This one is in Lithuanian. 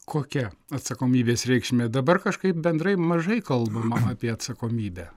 kokia atsakomybės reikšmė dabar kažkaip bendrai mažai kalbama apie atsakomybę